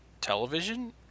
television